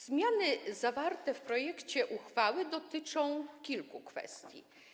Zmiany zawarte w projekcie uchwały dotyczą kilku kwestii.